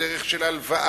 בדרך של הלוואה,